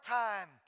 time